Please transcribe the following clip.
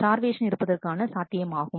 starvation இருப்பதற்கான சாத்தியமாகும்